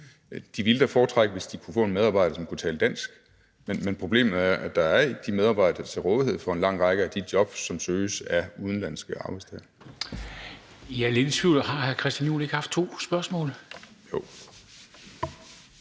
De ville da foretrække det, hvis de kunne få en medarbejder, som kunne tale dansk. Men problemet er, at der ikke er de medarbejdere til rådighed for en lang række af de jobs, som søges af udenlandske arbejdstagere. Kl. 16:00 Formanden (Henrik Dam Kristensen): Jeg